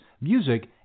music